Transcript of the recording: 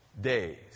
days